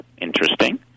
Interesting